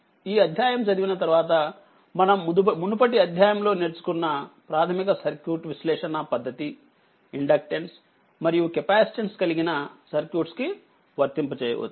ఈ అధ్యాయం చదివిన తర్వాత మనంమునుపటి అధ్యాయం లో నేర్చుకున్న ప్రాథమిక సర్క్యూట్ విశ్లేషణ పద్దతి ఇండక్టెన్స్ మరియు కెపాసిటన్స్ కలిగిన సర్క్యూట్స్ కివర్తింప చేయవచ్చు